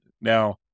Now